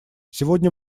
сегодня